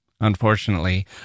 Unfortunately